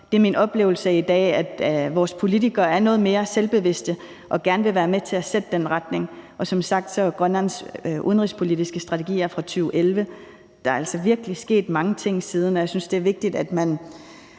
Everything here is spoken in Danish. Det er min oplevelse i dag, at vores politikere er noget mere selvbevidste og gerne vil være med til at sætte den retning. Og som sagt, er Grønlands udenrigspolitiske strategi fra 2011. Der er altså virkelig sket mange ting siden, og jeg synes, det er vigtigt, at man